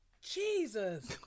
Jesus